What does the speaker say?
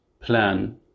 plan